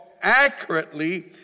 accurately